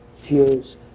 fears